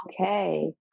okay